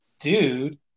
dude